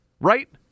right